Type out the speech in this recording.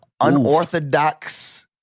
unorthodox—